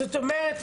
זאת אומרת,